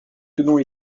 tenons